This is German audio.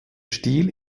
stil